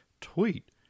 tweet